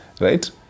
right